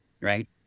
right